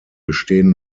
bestehen